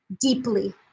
deeply